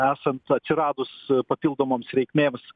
esant atsiradus papildomoms reikmėms